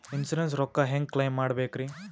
Insurance ರೊಕ್ಕ ಹೆಂಗ claim ಮಾಡ್ಬೇಕ್ರಿ?